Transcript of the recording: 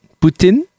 Putin